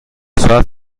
ساعت